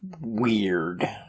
weird